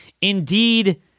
Indeed